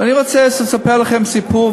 ואני רוצה לספר לכם סיפור,